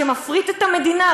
שמפריט את המדינה,